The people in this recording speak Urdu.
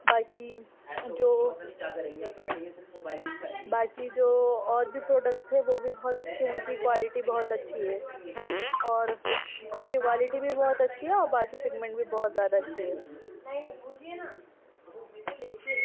باقی جو باقی جو اور بھی پروڈکٹس تھے وہ بھی بہت اچھے ان کی کوالٹی بہت اچھی ہے اور ان کی کوالٹی بھی بہت اچھی ہے اور باقی پنمیٹیشن بھی بہت زیادہ اچھی ہے